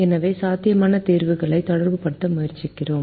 எனவே சாத்தியமான தீர்வுகளை தொடர்புபடுத்த முயற்சிக்கிறோம்